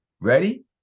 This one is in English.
Ready